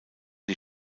die